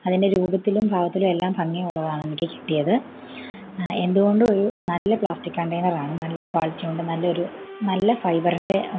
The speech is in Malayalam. അതിൻ്റെ രൂപത്തിലും ഭാവത്തിലുമെല്ലാം ഭംഗിയുള്ളതാണെനിക്ക് കിട്ടിയത് എന്ത് കൊണ്ടും ഒരു നല്ല പ്ലാസ്റ്റിക്ക് കണ്ടെയ്നർ ആണ് നല്ല ക്വാളിറ്റിയുണ്ട് നല്ലൊരു നല്ല ഫൈബറിൻ്റെ